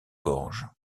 gorges